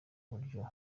buryo